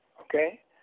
okay